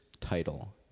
title